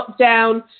lockdown